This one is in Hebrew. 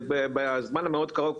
ובזמן המאוד קרוב,